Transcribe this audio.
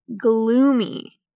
gloomy